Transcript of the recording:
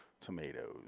Tomatoes